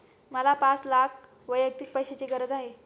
मला पाच लाख वैयक्तिक पैशाची गरज आहे